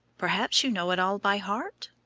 perhaps you know it all by heart?